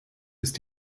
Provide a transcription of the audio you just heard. ist